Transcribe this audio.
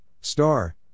star